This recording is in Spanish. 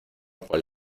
cual